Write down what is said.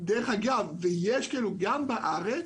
ודרך אגב, יש כאלה גם בארץ.